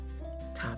top